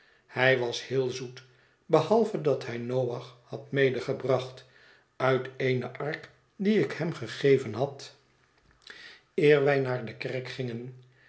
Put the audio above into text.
hij was heel zoet behalve dat hij noach had medegebracht uit eene ark die ik hem gegeven had eer wij naar de kerk gingen